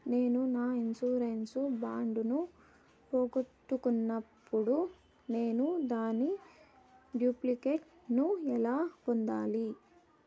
నేను నా insurance bond ను పోగొట్టుకున్నప్పుడు నేను దాని డూప్లికేట్ ను ఎలా పొందాలి?